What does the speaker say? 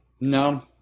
No